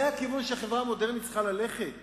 זה הכיוון שהחברה המודרנית צריכה ללכת בו,